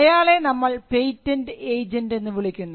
അയാളെ നമ്മൾ patent agent എന്ന് വിളിക്കുന്നു